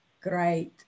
Great